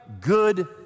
good